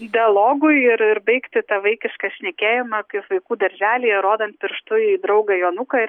dialogui ir ir baigti tą vaikišką šnekėjimą kaip vaikų darželyje rodant pirštu į draugą jonuką ir